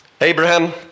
Abraham